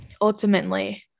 ultimately